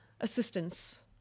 Assistance